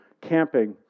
camping